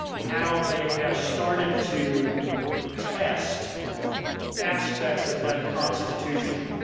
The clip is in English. how they have started to test aspects of that constitution.